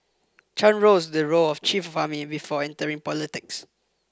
Chan rose to the role of Chief of Army before entering politics